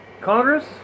Congress